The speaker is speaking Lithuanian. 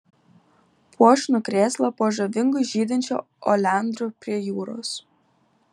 puošnų krėslą po žavingu žydinčiu oleandru prie jūros